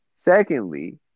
secondly